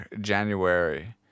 January